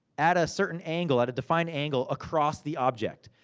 at a certain angle, at a defined angle, across the object.